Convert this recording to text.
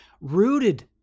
rooted